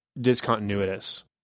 discontinuous